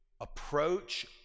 approach